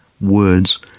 words